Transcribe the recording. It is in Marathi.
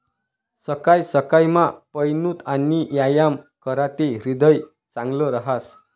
सकाय सकायमा पयनूत आणि यायाम कराते ह्रीदय चांगलं रहास